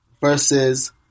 versus